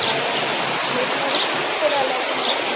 biology आहे नीटमध्ये छान स्कोर आला आहे तुम्हाला